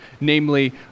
namely